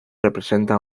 representa